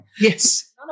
Yes